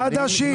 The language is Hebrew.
חדשים.